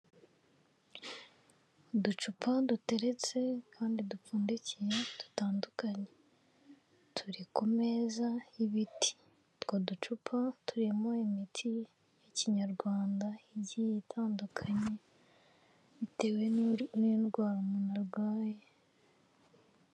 Uducupa duteretse kandi dupfundikiye dutandukanye turi ku meza y'ibiti, utwo ducupa turimo imiti ya kinyarwanda igiye itandukanye bitewe n'indwara umuntu arwaye.